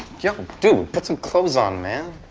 yo, dude! put some clothes on, man.